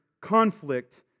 conflict